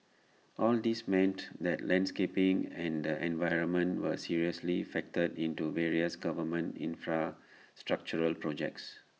all these meant that landscaping and the environment were seriously factored into various government infrastructural projects